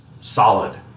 solid